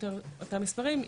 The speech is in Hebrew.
או יותר אותם מספרים,